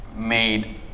made